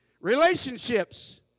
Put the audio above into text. relationships